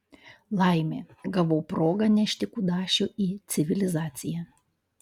laimė gavau progą nešti kudašių į civilizaciją